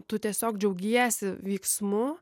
tu tiesiog džiaugiesi vyksmu